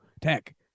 tech